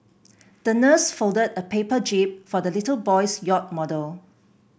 the nurse folded a paper jib for the little boy's yacht model